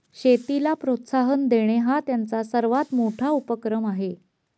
शेतीला प्रोत्साहन देणे हा त्यांचा सर्वात मोठा उपक्रम आहे